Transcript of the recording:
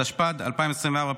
התשפ"ד 2024,